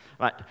Right